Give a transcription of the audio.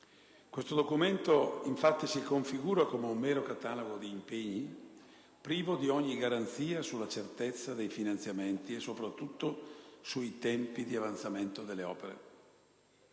Esso, infatti, si configura come un mero catalogo di impegni, privo di ogni garanzia sulla certezza dei finanziamenti e soprattutto sui tempi di avanzamento delle opere.